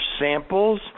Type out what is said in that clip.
samples